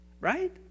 Right